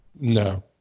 No